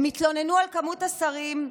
הם התלוננו על מספר השרים,